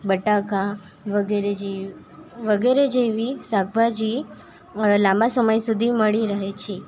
બટાકા વગેરે જે વેગેરે જેવી શાકભાજી લાંબા સમય સુધી મળી રહે છે